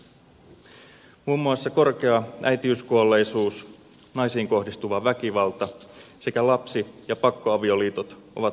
muun muassa korkea äitiyskuolleisuus naisiin kohdistuva väkivalta sekä lapsi ja pakkoavioliitot ovat maassa arkipäivää